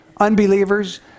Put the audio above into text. unbelievers